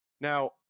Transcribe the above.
Now